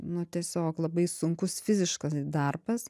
nu tiesiog labai sunkus fiziškas darbas